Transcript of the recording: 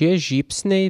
tie žybsniai